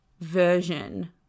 version